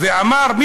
ואמר: